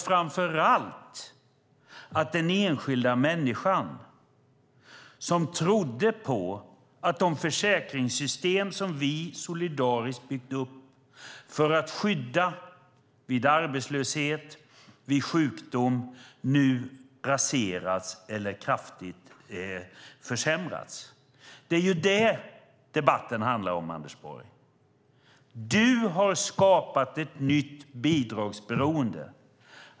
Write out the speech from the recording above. Framför allt gör det att den enskilda människan som trodde på de försäkringssystem som vi solidariskt har byggt upp för att skydda vid arbetslöshet och sjukdom nu ser dem raseras eller kraftigt försämras. Det är detta debatten handlar om, Anders Borg. Du har skapat ett nytt bidragsberoende.